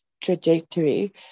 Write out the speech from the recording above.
trajectory